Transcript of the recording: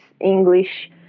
English